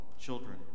children